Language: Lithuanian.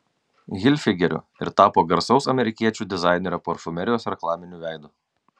hilfigeriu ir tapo garsaus amerikiečių dizainerio parfumerijos reklaminiu veidu